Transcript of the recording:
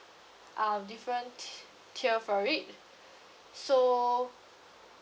uh different t~ tier for it so